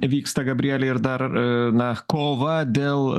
vyksta gabriele ir dar na kova dėl